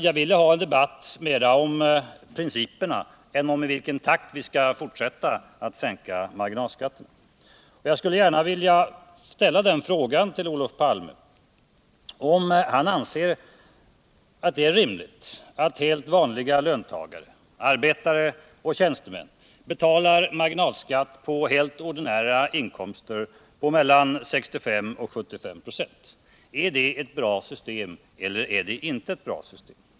Jag ville ha en debatt mera om principerna än om i vilken takt vi skall fortsätta att sänka marginalskatterna. Jag skulle vilja fråga Olof Palme, om han anser att det är rimligt att helt vanliga löntagare — arbetare och tjänstemän — betalar en marginalskatt på helt ordinära inkomster som ligger på mellan 65 och 75 "4. Är det ett bra system eller är det inte ett bra system?